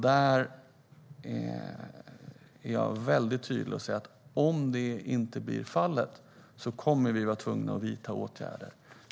Jag är väldigt tydlig med att om så inte blir fallet kommer vi att vara tvungna att vidta åtgärder.